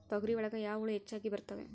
ತೊಗರಿ ಒಳಗ ಯಾವ ಹುಳ ಹೆಚ್ಚಾಗಿ ಬರ್ತವೆ?